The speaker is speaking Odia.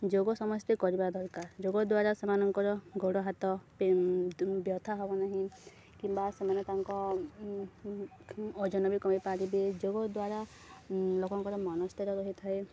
ଯୋଗ ସମସ୍ତେ କରିବା ଦରକାର ଯୋଗ ଦ୍ୱାରା ସେମାନଙ୍କର ଗୋଡ଼ ହାତ ପେନ୍ ବ୍ୟଥା ହବ ନାହିଁ କିମ୍ବା ସେମାନେ ତାଙ୍କ ଓଜନ ବି କମେଇପାରିବେ ଯୋଗ ଦ୍ୱାରା ଲୋକଙ୍କର ମନ ସ୍ଥିର ରହିଥାଏ